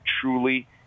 truly –